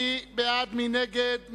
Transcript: מי נגד?